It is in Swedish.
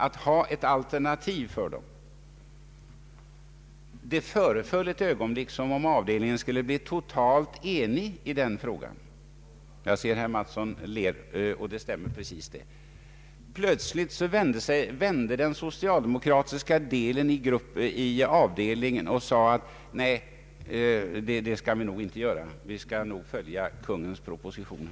Det föreföll ett ögonblick som om avdelningen skulle bli totalt enhällig i den frågan — jag ser att herr Mattsson ler ty det stämmer ju precis — men plötsligt ändrade sig socialdemokraterna i avdelningen och beslöt sig för att följa Kungl. Maj:ts proposition.